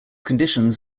conditions